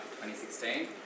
2016